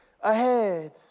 ahead